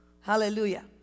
hallelujah